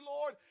Lord